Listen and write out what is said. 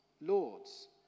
lords